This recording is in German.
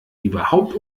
überhaupt